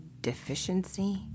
deficiency